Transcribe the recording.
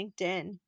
LinkedIn